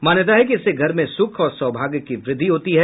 मान्यता है कि इससे घर में सुख और सौभाग्य की वृद्धि होती है